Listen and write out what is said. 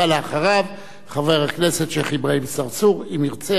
ואחריו, חבר הכנסת שיח' אברהים צרצור, אם ירצה.